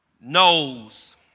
knows